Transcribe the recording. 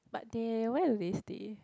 but they where do they stay